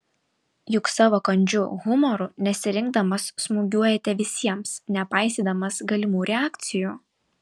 juk savo kandžiu humoru nesirinkdamas smūgiuojate visiems nepaisydamas galimų reakcijų